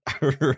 right